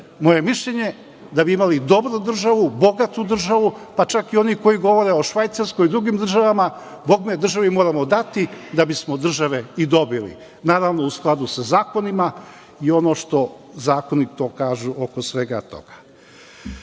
je mišljenje, da bi imali dobru državu, bogatu državu, pa čak i oni koji govore o Švajcarskoj i drugim državama, bogami državi moramo dati da bismo od države i dobili. Naravno, u skladu sa zakonima i ono što zakoni to kažu oko svega